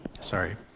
sorry